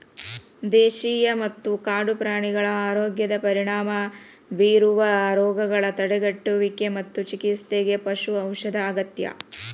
ದೇಶೇಯ ಮತ್ತ ಕಾಡು ಪ್ರಾಣಿಗಳ ಆರೋಗ್ಯದ ಪರಿಣಾಮ ಬೇರುವ ರೋಗಗಳ ತಡೆಗಟ್ಟುವಿಗೆ ಮತ್ತು ಚಿಕಿತ್ಸೆಗೆ ಪಶು ಔಷಧ ಅಗತ್ಯ